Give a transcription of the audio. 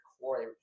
core